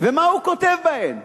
ומה הוא כותב בהן?